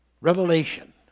revelation